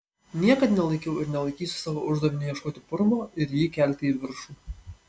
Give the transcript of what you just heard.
niekad nelaikiau ir nelaikysiu savo uždaviniu ieškoti purvo ir jį kelti į viršų